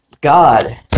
God